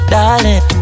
Darling